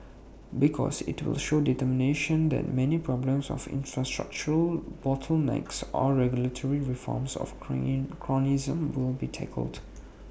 because IT will show determination that many problems of infrastructural bottlenecks of regulatory reforms of cronyism will be tackled